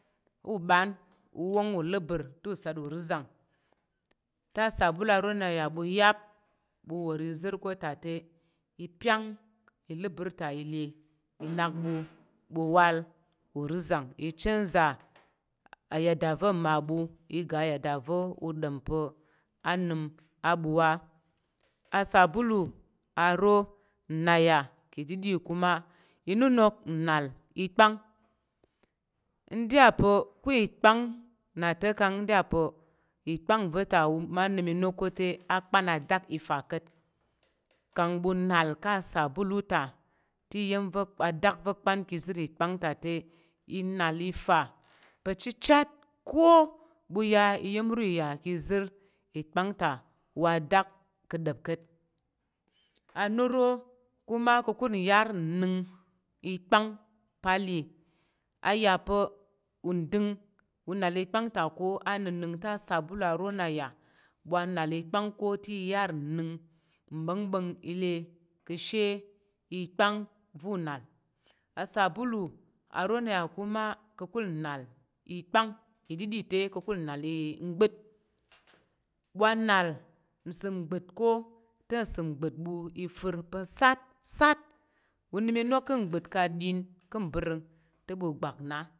U ɓan nwong uləbər ta̱ sat uri ta sat ɓu aro na ya ɓu lap ɓu war izər ka̱ ta te i pa̱ ile aɓor ta ile i nak ɓu buwai uri zəng ichangzer a ya da va mi ɓa i ga aya nda vea̱ u ɗom pa̱ a nəm a ɓu—a asabulu aro nza̱ ya ka̱ɗiɗi kuma inənok nnal i pang i ɗiya pa̱ ko ipang na ta kang nda ya pa̱ i pa̱ va̱ ta te ma nəm i nok ko te, a ɓan adak ita, Ka̱t kang ɓu nal ka̱ sabulu ta te iya̱m va adok va̱ pa̱ ka̱ izər ipang ta te i na a fa ka̱ ɓu ya iya̱m ro iya ka̱ izər ipang to wa ada le pa̱ dəp ka̱t a noro kuma ka̱kul nyar ipang pa̱ le a yà pa nɗin au nal ipang ta ká̱ anang te, asabulu aro na ya wa nal pang ko te, i yar nnəng ibá̱nbá̱ng ka̱ ile ka̱ she ipang va̱ nal asabulu aro na ya kuma kakul na ta ipang kaɗi te ka̱kul i-nal ngbət ɓu nal nsəm gbat ko te nsəm ngbət ifər pa̱ satsat ɓu nəm inok ka̱ gbət ka̱ ɗiɗi bar te ɓu gbak na.